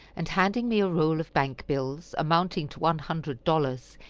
and handing me a roll of bank bills, amounting to one hundred dollars,